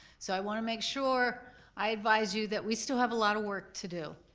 so i wanna make sure i advise you that we still have a lot of work to do,